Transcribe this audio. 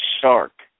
shark